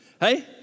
Hey